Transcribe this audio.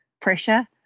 pressure